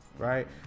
right